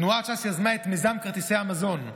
תנועת ש"ס יזמה את מיזם כרטיסי המזון,